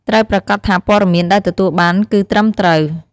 ត្រូវប្រាកដថាព័ត៌មានដែលទទួលបានគឺត្រឹមត្រូវ។